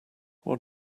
what